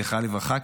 זכרה לברכה,